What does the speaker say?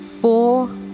four